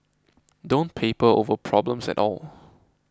don't paper over problems at all